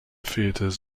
theaters